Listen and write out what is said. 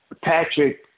Patrick